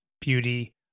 beauty